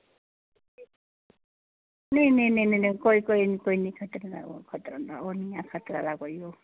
नेईं नेईं नेईं कोई निं कोई निं ओह् निं ऐ खर्चा आह्ला कोई